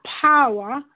power